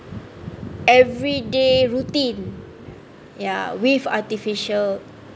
everyday routine ya with artificial